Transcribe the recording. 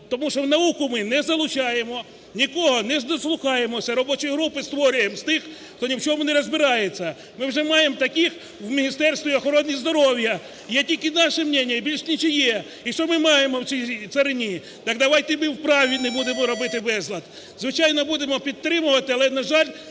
Тому що в науку ми не залучаємо, нікого не дослухаємося. Робочі групи створюємо з тих, хто ні в чому не розбирається. Ми вже маємо таких в Міністерстві охорони здоров'я – є тільки наше мнение і більш нічиє. І що ми маємо в цій царині? Так давайте ми в праві не будемо робити безлад. Звичайно, будемо підтримувати. Але, на жаль,